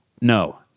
No